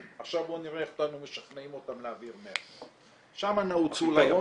עכשיו בואו נראה איך --- משכנעים אותם להעביר 100%. שם